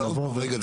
רשאי לבדוק --- רגע,